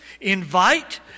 invite